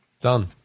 Done